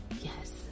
yes